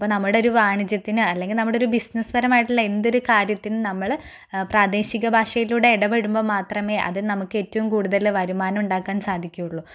അപ്പോൾ നമ്മുടെ ഒരു വാണിജ്യത്തിന് അല്ലെങ്കിൽ നമ്മുടെ ഒരു ബിസിനസ് പരമായിട്ടുള്ള എന്തൊരു കാര്യത്തിന് നമ്മൾ പ്രാദേശിക ഭാഷയിലൂടെ ഇടപെടുമ്പോൾ മാത്രമേ അത് നമുക്ക് ഏറ്റവും കൂടുതൽ വരുമാനം ഉണ്ടാക്കാൻ സാധിക്കുകയുള്ളു